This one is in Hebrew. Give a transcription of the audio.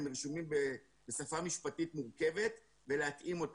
הם רשומים בשפה משפטית מורכבת ולהתאים אותה.